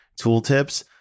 tooltips